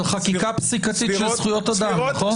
על חקיקה פסיקתית של זכויות אדם, נכון?